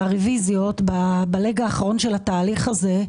הרוויזיות בלג האחרון של התהליך הזה,